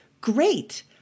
Great